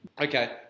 Okay